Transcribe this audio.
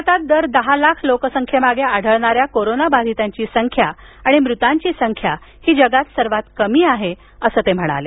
भारतात दर दहा लाख लोकसंख्येमागे आढळणा या कोरोनाबाधितांची संख्या आणि मृतांची संख्याहीजगात सर्वात कमी आहे असं त्यांनी सांगितलं